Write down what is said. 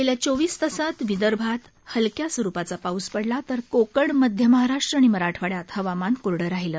गेल्या चोवीस तासांत विदर्भात हलक्या स्वरूपाचा पाऊस पडला तर कोकण मध्य महाराष्ट्र आणि मराठवाड्यात हवामान कोरडं राहिलं